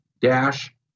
dash